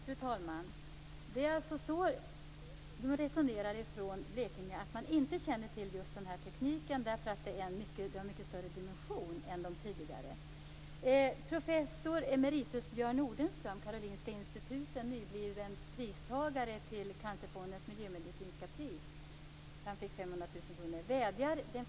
Fru talman! Från Blekinge anför man att man inte känner till just den här tekniken. Dimensionen är mycket större än vad den tidigare var.